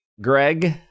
Greg